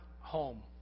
home